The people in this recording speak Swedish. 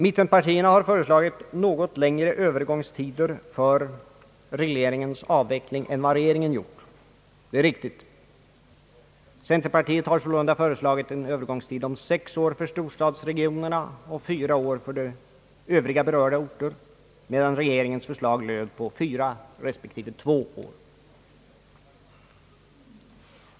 Mittenpartierna har föreslagit något längre övergångstider för regleringens avveckling än vad regeringen gjort. Det är riktigt. Centerpartiet har sålunda föreslagit en övergångstid om sex år för storstadsregionerna och fyra år för övriga berörda orter, medan regeringens förslag löd på fyra respektive två år.